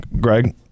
Greg